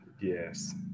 Yes